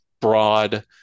broad